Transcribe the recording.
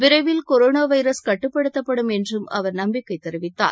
விரைவில் corona virus கட்டுப்படுத்தப்படும் என்று அவர் நம்பிக்கை தெரிவித்தார்